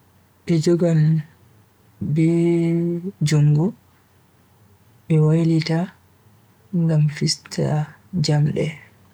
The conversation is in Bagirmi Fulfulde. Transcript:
Be jogan be jungo be wailita ngam fista jamde.